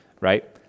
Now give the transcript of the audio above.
right